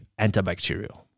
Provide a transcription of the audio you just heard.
antibacterial